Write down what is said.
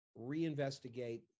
reinvestigate